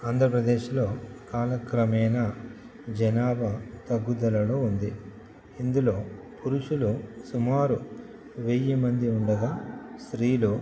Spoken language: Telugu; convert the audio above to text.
ఆంధ్రప్రదేశ్లో కాలక్రమేణా జనాభా తగ్గుదలలో ఉంది ఇందులో పురుషులు సుమారు వెయ్యి మంది ఉండగా స్త్రీలు